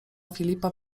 filipa